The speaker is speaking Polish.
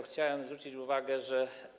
Chciałem zwrócić uwagę, że.